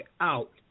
out